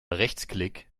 rechtsklick